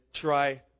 try